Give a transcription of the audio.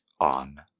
on